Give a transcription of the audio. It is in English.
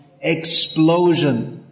Explosion